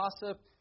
gossip